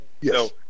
Yes